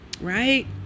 right